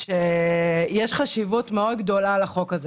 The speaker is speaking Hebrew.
שיש חשיבות מאוד גדולה לחוק הזה